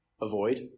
avoid